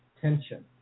tension